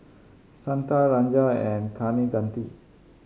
Santha Rajan and Kaneganti